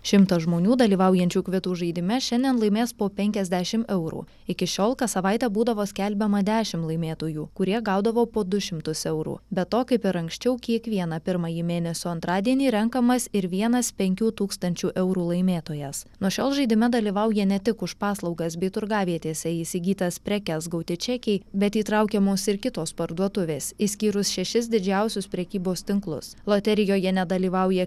šimtas žmonių dalyvaujančių kvitų žaidime šiandien laimės po penkiasdešim eurų iki šiol kas savaitę būdavo skelbiama dešimt laimėtojų kurie gaudavo po du šimtus eurų be to kaip ir anksčiau kiekvieną pirmąjį mėnesio antradienį renkamas ir vienas penkių tūkstančių eurų laimėtojas nuo šiol žaidime dalyvauja ne tik už paslaugas bei turgavietėse įsigytas prekes gauti čekiai bet įtraukiamos ir kitos parduotuvės išskyrus šešis didžiausius prekybos tinklus loterijoje nedalyvauja